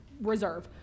reserve